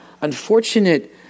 unfortunate